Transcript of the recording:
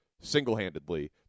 Single-handedly